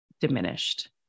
diminished